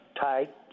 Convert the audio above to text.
tight